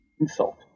insult